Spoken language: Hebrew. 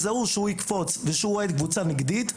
ויזהו שהוא יקפוץ ושהוא אוהד קבוצה נגדית,